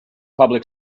public